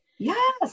Yes